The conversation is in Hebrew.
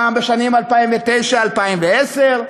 בשנים 2009 2010,